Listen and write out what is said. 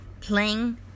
Playing